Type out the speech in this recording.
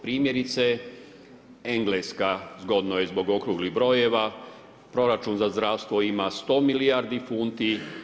Primjerice Engleska zgodno je zbog okruglih brojeva, proračun za zdravstvo ima sto milijardi funti.